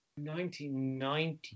1990